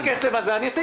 אתה רוצה לעבוד בקצב הזה,